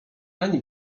ani